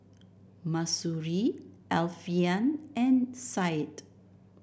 Mahsuri Alfian and Said